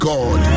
God